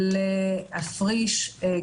אם תרצו אני יכולה להתייחס ביתר פירוט,